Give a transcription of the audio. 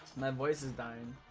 weiss is dying